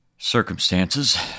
circumstances